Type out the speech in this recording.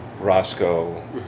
Roscoe